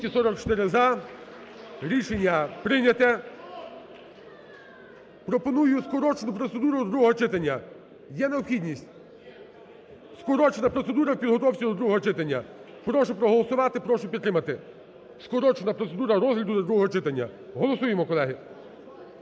Прошу проголосувати, прошу підтримати. Скорочена процедура розгляду до другого читання. Голосуємо, колеги.